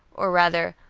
or rather,